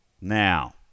now